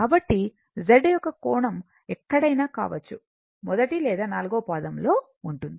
కాబట్టి Z యొక్క కోణం ఎక్కడైనా కావచ్చు మొదటి లేదా నాల్గవ పాదం లో ఉంటుంది